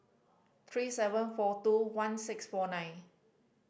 three seven four two one six four nine